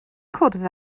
cwrdd